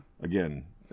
again